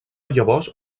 llavors